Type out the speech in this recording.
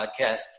podcast